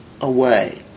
away